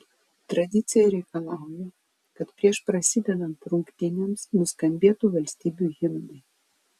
tradicija reikalauja kad prieš prasidedant rungtynėms nuskambėtų valstybių himnai